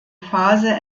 phase